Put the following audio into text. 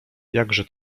jakże